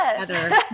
together